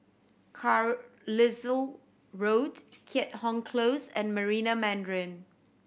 Carlisle Road Keat Hong Close and Marina Mandarin